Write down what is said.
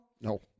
No